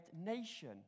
nation